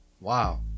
Wow